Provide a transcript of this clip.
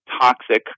toxic